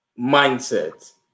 mindset